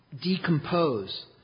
decompose